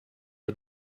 are